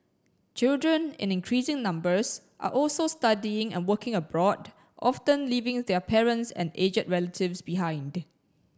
children in increasing numbers are also studying and working abroad often leaving their parents and aged relatives behind